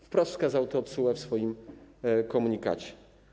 Wprost wskazał to TSUE w swoim komunikacie.